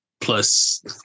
plus